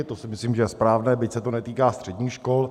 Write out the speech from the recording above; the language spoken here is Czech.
To si myslím, že je správné, byť se to netýká středních škol.